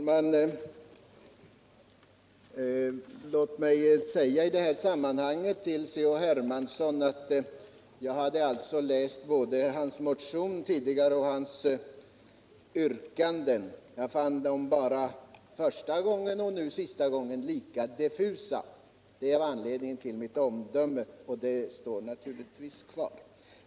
Herr talman! Låt mig i detta sammanhang till C.-H. Hermansson säga att jag tidigare har läst hans motioner och hans yrkanden. Både första och nu sista gången fann jag dem lika diffusa. Det var anledningen till mitt omdöme, och det står naturligtvis kvar.